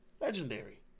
Legendary